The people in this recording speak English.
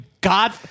God